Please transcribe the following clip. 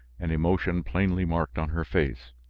and emotion plainly marked on her face.